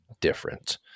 different